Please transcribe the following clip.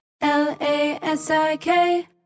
L-A-S-I-K